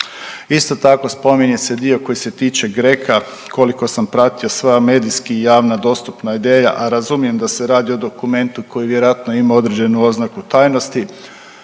Isto tako spominje se dio koji se tiče GRECO-a, koliko sam pratio sva medijski i javna dostupna ideja, a razumijem da se radi o dokumentu koji vjerojatno ima određenu oznaku tajnosti